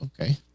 Okay